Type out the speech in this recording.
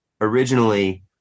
originally